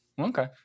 Okay